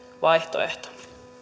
vaihtoehto